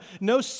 no